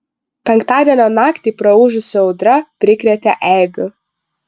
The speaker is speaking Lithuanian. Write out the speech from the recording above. penktadienio naktį praūžusi audra prikrėtė eibių